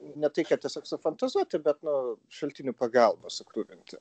ne tai kad tiesiog sufantazuoti bet nu šaltinių pagalba sukruvinti